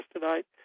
tonight